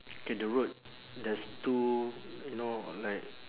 K the road there's two you know like